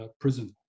prison